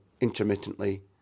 intermittently